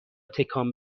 تکان